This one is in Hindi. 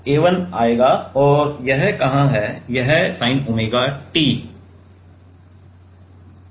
तो A1 आएगा और यह कहां है यह sin ओमेगा टी क्या जाता है